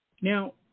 Now